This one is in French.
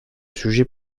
sujet